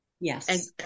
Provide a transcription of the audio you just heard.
Yes